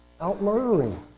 out-murdering